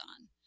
on